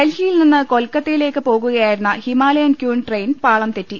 ഡൽഹിയിൽനിന്ന് കൊൽക്കത്തയിലേക്ക് പോകുകയായിരുന്ന Himalayan Queen train പാളംതെറ്റി